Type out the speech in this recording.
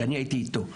שאני הייתי איתו.